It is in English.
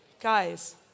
Guys